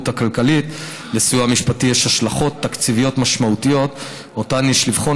הכלכלית לסיוע משפטי יש השלכות תקציביות משמעותיות שיש לבחון